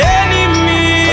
enemy